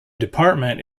department